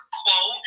quote